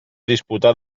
disputar